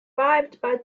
thirteen